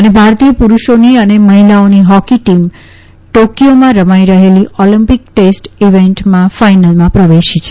અને ભારતીય પુરૂષોની અને મહિલાઓની હોકી ટીમ ટોકીઓમાં રમાઈ રહેલી ઓલમ્પિક ટેસ્ટ ઈવેન્ટમાં ફાયનલમાં પ્રવેશી છે